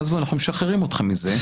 עזבו אנחנו משחררים אתכם מזה,